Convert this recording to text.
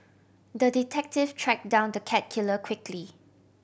the detective track down the cat killer quickly